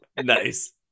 Nice